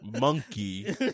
Monkey